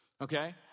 okay